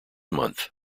month